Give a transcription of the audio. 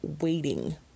waiting